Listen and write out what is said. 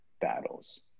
battles